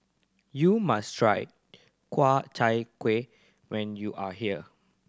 you must try Ku Chai Kueh when you are here